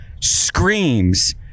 screams